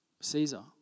Caesar